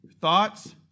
thoughts